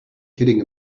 kidding